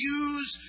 use